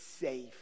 safe